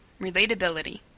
Relatability